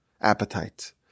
appetite